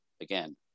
again